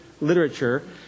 literature